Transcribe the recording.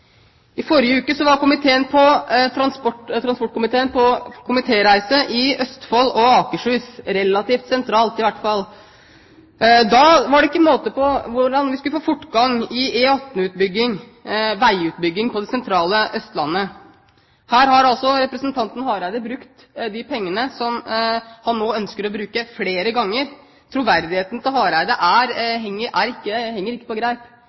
I forrige uke var transport- og kommunikasjonskomiteen på komitéreise i Østfold og Akershus – i hvert fall relativt sentralt. Da var det ikke måte på hvordan vi skulle få fortgang i E18-utbygging og veiutbygging i det sentrale Østlandet. Representanten Hareide har altså brukt de pengene som han nå ønsker å bruke, flere ganger. Troverdigheten til Hareide er ikke